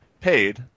paid